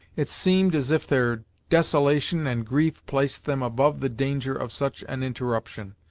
it seemed as if their desolation and grief placed them above the danger of such an interruption,